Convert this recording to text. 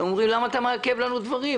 הם אומרים: למה אתה מעכב לנו דברים,